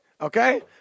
okay